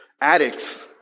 addicts